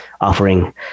offering